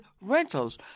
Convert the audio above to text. rentals